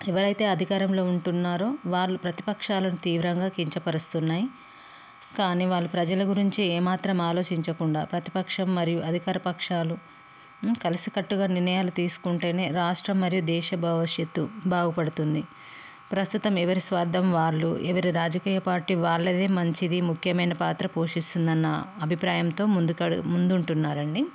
ఎవరైతే అధికారంలో ఉంటున్నారో వాళ్ళు ప్రతిపక్షాలను తీవ్రంగా కించపరుస్తున్నాయి కానీ వాళ్ళు ప్రజల గురించి ఏమాత్రం ఆలోచించకుండా ప్రతిపక్షం మరియు అధికారపక్షాలు కలిసికట్టుగా నిర్ణయాలు తీసుకుంటేనే రాష్ట్రం మరియు దేశ భవిష్యత్తు బాగుపడుతుంది ప్రస్తుతం ఎవరి స్వార్థం వాళ్ళు ఎవరి రాజకీయ పార్టీ వాళ్ళది మంచిది ముఖ్యమైన పాత్ర పోషిస్తుందన్న అభిప్రాయంతో ముందుంటున్నారండి